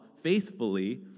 faithfully